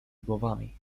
głowami